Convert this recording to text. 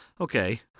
okay